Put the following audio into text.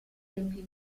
tempi